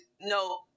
no